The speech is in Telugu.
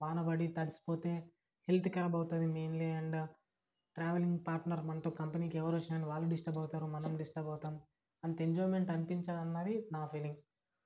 వాన పడి తడిసిపోతే హెల్త్ కరాబ్ అవుతుంది మెయిన్లీ అండ్ ట్రావెలింగ్ పార్ట్నర్ మనతో కంపెనీకి ఎవరొచ్చినా కానీ వాళ్ళూ డిస్టబ్ అవుతారు మనమూ డిస్టబ్ అవుతాము అంత ఎంజాయ్మెంట్ అనిపించదన్నది నా ఫీలింగ్